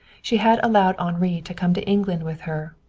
she had allowed henri to come to england with her,